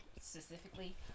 specifically